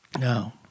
No